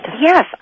Yes